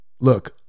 look